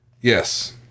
Yes